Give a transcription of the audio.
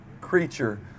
creature